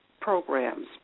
programs